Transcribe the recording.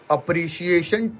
Appreciation